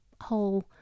whole